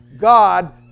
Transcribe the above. God